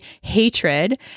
hatred